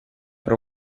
para